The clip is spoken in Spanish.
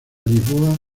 lisboa